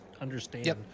understand